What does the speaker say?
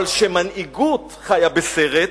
אבל כשמנהיגות חיה בסרט,